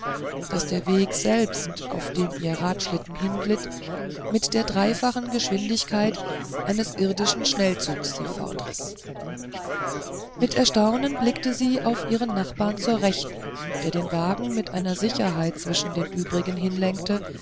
daß der weg selbst auf dem ihr radschlitten hinglitt mit der dreifachen geschwindigkeit eines irdischen schnellzugs sie fortriß mit erstaunen blickte sie auf ihren nachbar zur rechten der den wagen mit einer sicherheit zwischen den übrigen